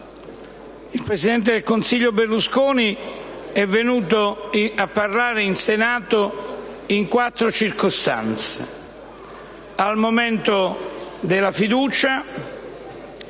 il presidente del Consiglio Berlusconi è venuto a parlare in Senato in quattro circostanze: